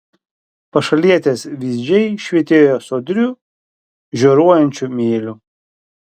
pašalietės vyzdžiai švytėjo sodriu žioruojančiu mėliu